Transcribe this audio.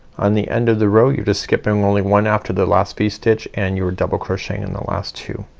on the end of the row you're just skipping only one after the last v-stitch and you're double crocheting in the last two.